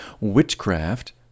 Witchcraft